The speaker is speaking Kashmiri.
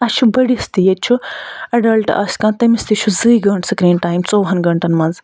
اَسہِ چھُ بٔڑِس تہِ ییٚیہِ چھُ اٮ۪ڈلٹ آسہِ کانہہ تٔمِس تہِ چھُ زٕے گٲنٹہٕ سِکریٖن ٹایم ژوٚوُہَن گٲنٹَن منٛز